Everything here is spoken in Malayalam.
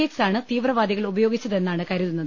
എക ്സ് ആണ് തീവ്രവാദികൾ ഉപയോഗിച്ചതെന്നാണ് കരുതുന്നത്